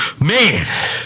man